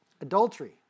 Adultery